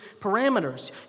parameters